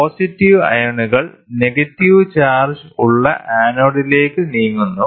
positive അയോണുകൾ negative charge ഉള്ള ആനോഡിലേക്ക് നീങ്ങുന്നു